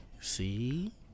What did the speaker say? See